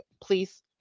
please